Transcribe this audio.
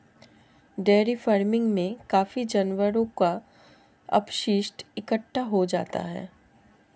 dairy farming में काफी जानवरों का अपशिष्ट इकट्ठा हो जाता है